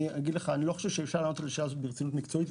אני לא חושב שאפשר לענות על השאלה הזו ברצינות מקצועית,